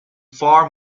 far